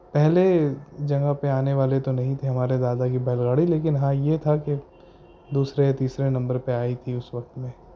پہلے جگہ پہ آنے والے تو نہیں تھے ہمارے دادا کی بیل گاڑی لیکن ہاں یہ تھا کہ دوسرے تیسرے نمبر پہ آئی تھی اس وقت میں